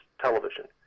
television